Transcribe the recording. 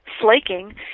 flaking